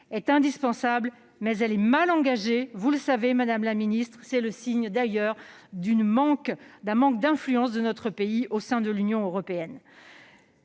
est indispensable, mais elle est mal engagée- vous le savez, madame la ministre. C'est d'ailleurs le signe d'un manque d'influence de notre pays au sein de l'Union européenne.